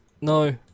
No